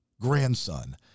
grandson